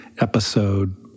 episode